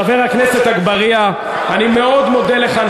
חבר הכנסת אגבאריה, אני מאוד מודה לך.